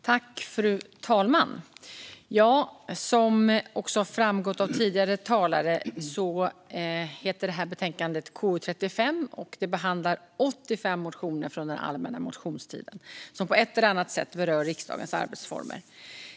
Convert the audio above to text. Fru talman! Som har framgått av tidigare talare heter betänkandet KU35, och i det behandlas 85 motioner från den allmänna motionstiden som på ett eller annat sätt berör riksdagens arbetsformer.